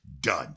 done